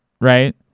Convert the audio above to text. right